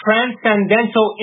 Transcendental